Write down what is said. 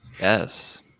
Yes